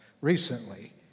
Recently